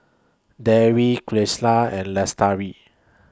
Dewi Qalisha and Lestari